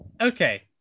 Okay